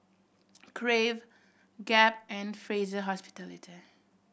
Crave Gap and Fraser Hospitality